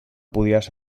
podies